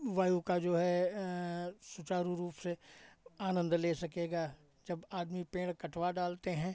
वायु का जो है सुचारू रूप से आनंद ले सकेगा जब आदमी पेड़ कटवा डालते हैं